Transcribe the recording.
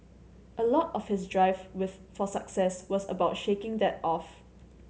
a lot of his drive with for success was about shaking that off